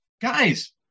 guys